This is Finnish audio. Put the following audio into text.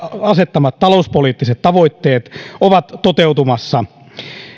asettamat talouspoliittiset tavoitteet ovat toteutumassa